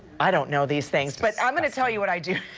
i don't know these things but i'm going to tell you what i do